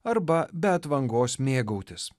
arba be atvangos mėgautis